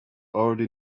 already